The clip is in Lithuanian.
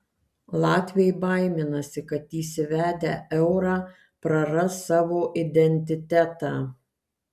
latviai baiminasi kad įsivedę eurą praras savo identitetą